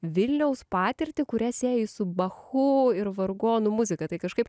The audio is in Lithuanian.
vilniaus patirtį kurią sieji su bachu ir vargonų muzika tai kažkaip